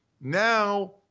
Now